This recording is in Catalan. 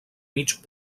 mig